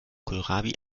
kohlrabi